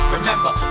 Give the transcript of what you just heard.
Remember